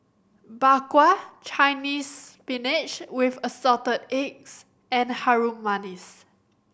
Bak Kwa Chinese Spinach with Assorted Eggs and Harum Manis